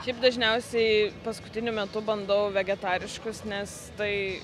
šiaip dažniausiai paskutiniu metu bandau vegetariškus nes tai